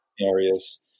areas